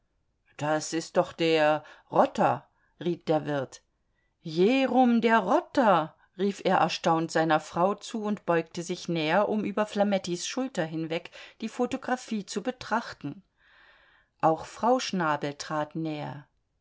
das ist doch der rotter riet der wirt jerum der rotter rief er erstaunt seiner frau zu und beugte sich näher um über flamettis schulter hinweg die photographie zu betrachten auch frau schnabel trat näher